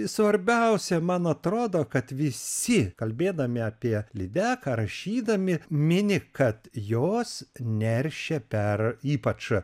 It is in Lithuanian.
svarbiausia man atrodo kad visi kalbėdami apie lydeką rašydami mini kad jos neršia per ypač